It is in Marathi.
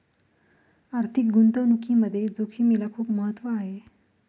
आर्थिक गुंतवणुकीमध्ये जोखिमेला खूप महत्त्व आहे